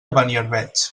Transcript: beniarbeig